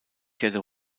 kehrte